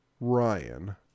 Ryan